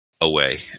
away